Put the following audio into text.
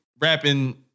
rapping